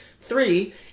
Three